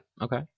Okay